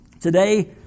Today